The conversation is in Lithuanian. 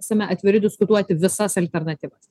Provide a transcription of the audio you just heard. esame atviri diskutuoti visas alternatyvas